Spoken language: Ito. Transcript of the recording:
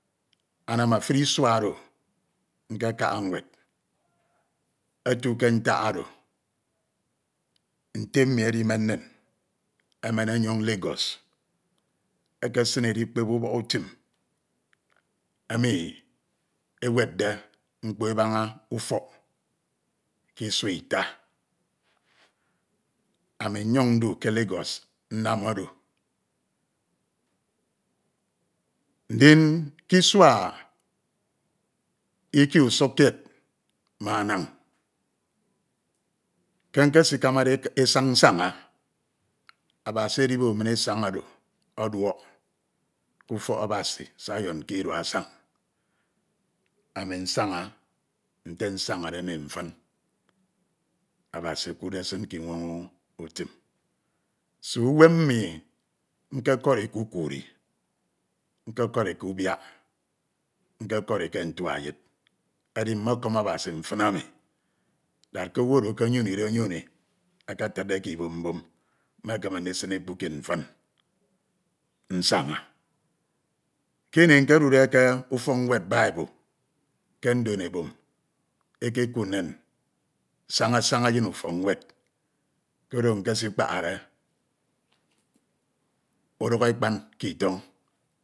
Anam efuri isua oro nkekaha nwed. Etu ke ntak oro nte mmi edimen nin, emen onyoñ Lagos ekesin edikpep ubok utim emi ewedde mkpo ebaña ufok ke isua ita. Ami nnyin ndu ke Lagos nnam oro. Ndin ke isua ikie usuk kied ma anañ ke nkesikamade esan usaña. Abasi edibo min esan oro ọduọk ke ufọk Abasi zion ke idu Asang. Ami nsaña nte nsañade mi mfin, Abasi okuudde esin ke inwoñ utim. Ɛeo uwem mi nkekori ke ukuudi nkekori ubiak, nkekori ke ntua eyed. Ede mmekom Abasi mfin ami da ke owu oro ekenyoñide nyoñi eketidde ke ibum bum, mekeme ndisine ikpukid mfin nsaña. Ke ini nkedude ke ufok nwed bible ke ndon ebom eke kuud nin saña saña eyin ufok nwed koro nkes ikpahade uruk ekpan ke itọñ.